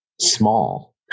small